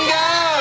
go